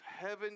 heaven